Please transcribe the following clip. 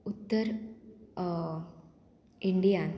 उत्तर इंडियान